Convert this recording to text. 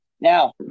Now